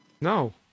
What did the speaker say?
No